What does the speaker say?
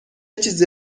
چیزی